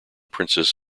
princess